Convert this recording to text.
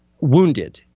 wounded